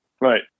Right